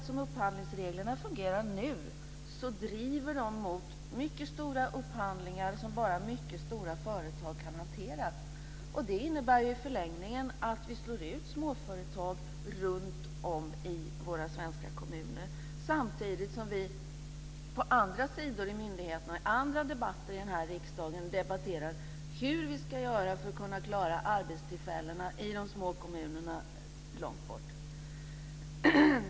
Som upphandlingsreglerna fungerar nu driver de mot mycket stora upphandlingar som bara mycket stora företag kan hantera. Det innebär ju i förlängningen att vi slår ut småföretag runt om i våra svenska kommuner samtidigt som vi på andra områden i myndigheterna och i andra debatter i den här riksdagen debatterar hur vi ska göra för att klara arbetstillfällena i de små kommunerna långt bort.